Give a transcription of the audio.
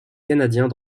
canadiens